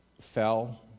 fell